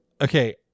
Okay